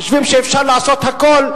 חושבים שאפשר לעשות הכול,